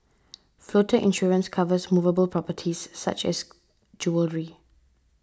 floater insurance covers movable properties such as jewellery